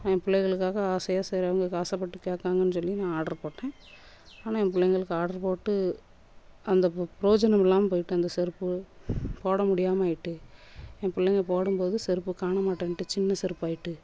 என் பிள்ளைங்களுக்காக ஆசையாக சரி அவங்க ஆசைப்பட்டு கேட்காங்கனு சொல்லி ஆர்டர் போட்டேன் ஆனால் என் பிள்ளைங்களுக்கு ஆர்டர் போட்டு அந்த ப்ரோஜனம் இல்லாமல் போயிட்டு அந்த செருப்பு போட முடியாமல் ஆயிட்டு என் பிள்ளைங்க போடும் போது செருப்பு காணமாட்டன்டுச்சு சின்ன செருப்பாய்ட்டு